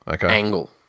angle